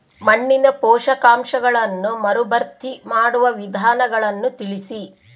ಮಣ್ಣಿನ ಪೋಷಕಾಂಶಗಳನ್ನು ಮರುಭರ್ತಿ ಮಾಡುವ ವಿಧಾನಗಳನ್ನು ತಿಳಿಸಿ?